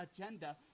agenda